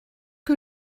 que